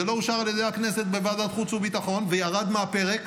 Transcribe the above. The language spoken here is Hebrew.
זה לא אושר על ידי הכנסת בוועדת חוץ וביטחון וירד מהפרק,